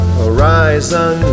horizon